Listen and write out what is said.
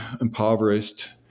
impoverished